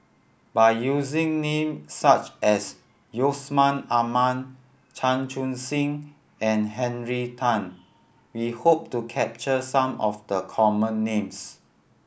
by using names such as Yusman Aman Chan Chun Sing and Henry Tan we hope to capture some of the common names